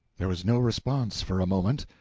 there was no response, for a moment,